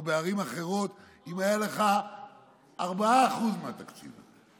או בערים אחרות אם היו לך 4% מהתקציב הזה?